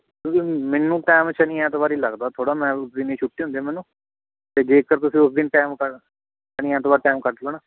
ਕਿਉਂਕਿ ਮੈਨੂੰ ਟੈਮ ਸ਼ਨੀ ਐਤਵਾਰ ਹੀ ਲੱਗਦਾ ਥੋੜ੍ਹਾ ਮੈਂ ਉਸ ਦਿਨ ਹੀ ਛੁੱਟੀ ਹੁੰਦੀ ਮੈਨੂੰ ਅਤੇ ਜੇਕਰ ਤੁਸੀਂ ਉਸ ਦਿਨ ਟੈਮ ਕੱ ਸ਼ਨੀ ਐਤਵਾਰ ਟੈਮ ਕੱਢ ਲੈਣਾ